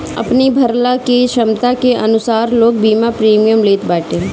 अपनी भरला के छमता के अनुसार लोग बीमा प्रीमियम लेत बाटे